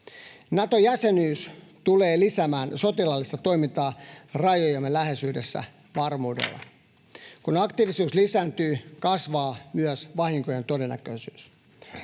Nato-jäsenyys tulee lisäämään sotilaallista toimintaa rajojemme läheisyydessä varmuudella. Kun aktiivisuus lisääntyy, kasvaa myös vahinkojen todennäköisyys.